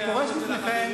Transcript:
שמענו את ההערות של החברים.